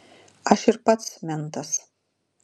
aš ir pats mentas